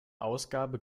ausgabe